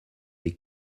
des